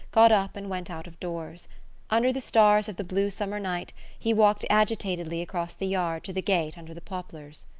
got up and went out-of-doors. under the stars of the blue summer night he walked agitatedly across the yard to the gate under the poplars.